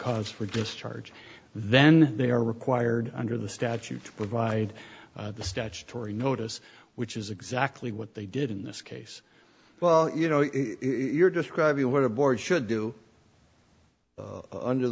cause for discharge then they are required under the statute to provide the statutory notice which is exactly what they did in this case well you know you're describing what a board should do under